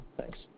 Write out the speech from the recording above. Thanks